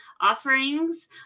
offerings